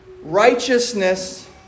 Righteousness